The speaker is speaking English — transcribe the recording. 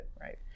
right